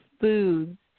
foods